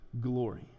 glory